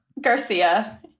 Garcia